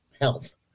health